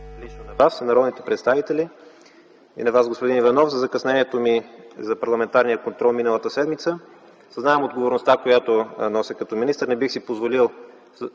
лично на Вас – народните представители, и на Вас, господин Иванов, за закъснението ми за парламентарния контрол миналата седмица. Съзнавам отговорността, която нося като министър. Не бих си позволил